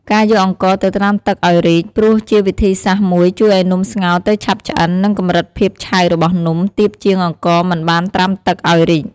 ការយកអង្ករទៅត្រាំទឹកឱ្យរីក ព្រោះជាវិធីសាស្រ្តមួយជួយឱ្យនំស្ងោរទៅឆាប់ឆ្អិន និងកម្រិតភាពឆៅរបស់នំ ទាបជាងអង្ករមិនបានត្រាំទឹកឱ្យរីក។